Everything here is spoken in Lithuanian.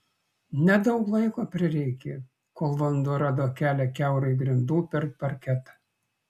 nedaug laiko prireikė kol vanduo rado kelią kiaurai grindų per parketą